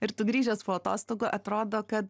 ir tu grįžęs po atostogų atrodo kad